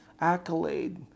accolade